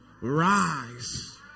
rise